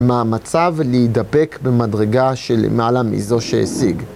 מהמצב להידבק במדרגה שלמעלה מזו שהשיג.